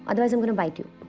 otherwise i'm going to bite you.